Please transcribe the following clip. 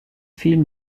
film